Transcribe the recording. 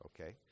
okay